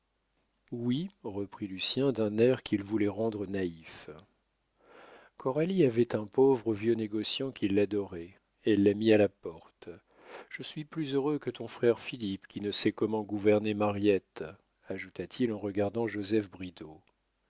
oui reprit lucien d'un air qu'il voulait rendre naïf coralie avait un pauvre vieux négociant qui l'adorait elle l'a mis à la porte je suis plus heureux que ton frère philippe qui ne sait comment gouverner mariette ajouta-t-il en regardant joseph